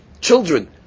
children